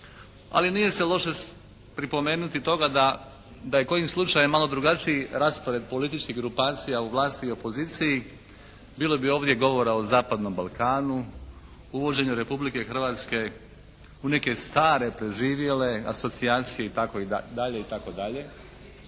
Ali se nije se loše pripomenuti toga da, da je kojim slučajem malo drugačiji raspored političkih grupacija u vlasti i opoziciji bilo bi ovdje govora o zapadnom Balkanu. Uvođenju Republike Hrvatske u neke stare preživjele asocijacije i tako dalje i tako dalje.